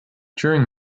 during